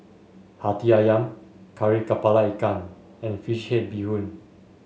Hati ayam Kari kepala Ikan and fish head Bee Hoon